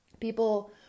people